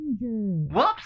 Whoops